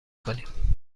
کنیم